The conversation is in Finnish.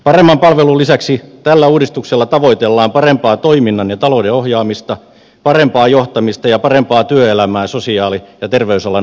paremman palvelun lisäksi tällä uudistuksella tavoitellaan parempaa toiminnan ja talouden ohjaamista parempaa johtamista ja parempaa työelämää sosiaali ja terveysalan ammattilaisille